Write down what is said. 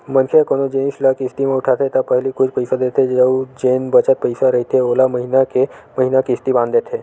मनखे ह कोनो जिनिस ल किस्ती म उठाथे त पहिली कुछ पइसा देथे अउ जेन बचत पइसा रहिथे ओला महिना के महिना किस्ती बांध देथे